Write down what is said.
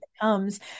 comes